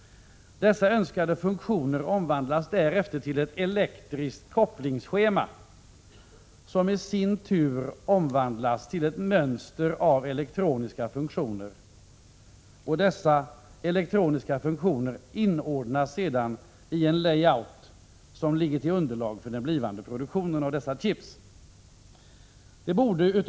Dessa önskade funktioner omvandlas därefter till ett elektriskt kopplingsschema, som i sin tur omvandlas till ett mönster av elektroniska funktioner. Dessa elektroniska funktioner inordnas sedan i en layout, som bildar underlag för den blivande produktionen av dessa chips.